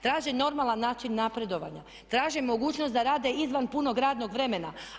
Traže normalan način napredovanja, traže mogućnost da rade izvan punog radnog vremena.